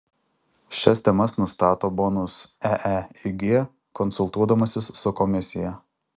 šias temas nustato bonus eeig konsultuodamasis su komisija